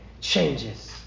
changes